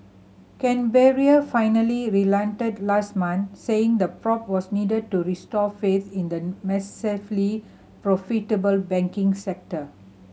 Canberra finally relented last month saying the probe was needed to restore faith in the massively profitable banking sector